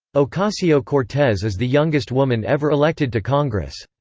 ocasio-cortez is the youngest woman ever elected to congress.